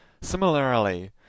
Similarly